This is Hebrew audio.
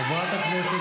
חברת הכנסת